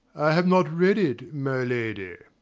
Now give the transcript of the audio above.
have not read it, my lady.